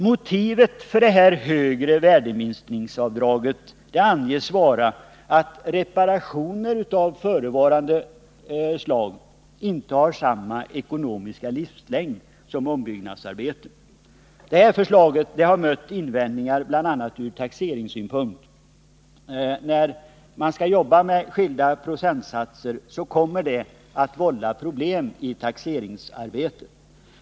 Motivet för det högre värdeminskningsavdraget anges vara att reparationsarbeten av förevarande slag inte har samma ekonomiska livslängd som ombyggnadsarbeten. Förslaget har mött invändningar, bl.a. ur taxeringssynpunkt. När man skall jobba med skilda procentsatser kommer de att vålla problem i taxeringsarbetet.